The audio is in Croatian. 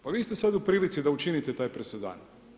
Pa vi ste sada u prilici da učinite taj presedan.